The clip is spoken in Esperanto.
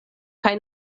kaj